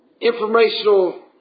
informational